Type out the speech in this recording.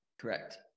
Correct